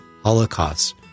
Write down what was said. holocaust